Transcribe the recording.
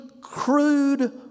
crude